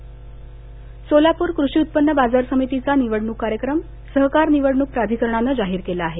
सोलापूर सोलापूर कृषी उत्पन्न बाजार समितीचा निवडणूक कार्यक्रम सहकार निवडणूक प्राधिकरणानं जाहीर केला आहे